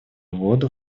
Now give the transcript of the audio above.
воду